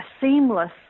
seamless